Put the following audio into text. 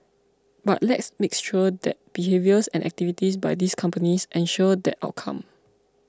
but let's makes sure that behaviours and activities by these companies ensure that outcome